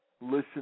listen